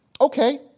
Okay